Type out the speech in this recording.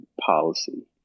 policy